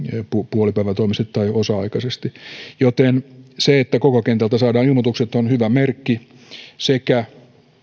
puolipäivätoimisesti tai osa aikaisesti joten se että koko kentältä saadaan ilmoitukset on hyvä merkki sekä